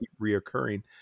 reoccurring